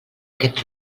aquest